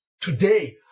today